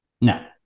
no